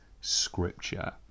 Scripture